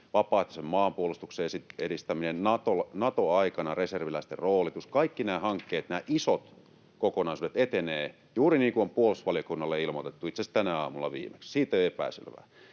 vapaaehtoisen maanpuolustuksen edistäminen, reserviläisten roolitus Nato-aikana, ja kaikki nämä hankkeet ja isot kokonaisuudet etenevät juuri niin kuin on puolustusvaliokunnalle ilmoitettu. Itse asiassa tänään aamulla viimeksi. Siitä ei ole epäselvää.